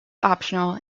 optional